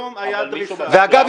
ואגב,